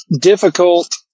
difficult